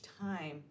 time